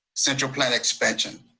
central plant expansion.